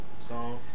songs